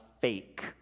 fake